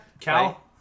Cal